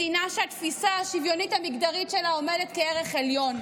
מדינה שהתפיסה השוויונית המגדרית בה עומדת כערך עליון.